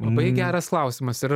labai geras klausimas ir aš